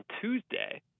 Tuesday